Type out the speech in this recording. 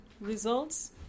results